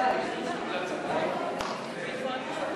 הצעת חוק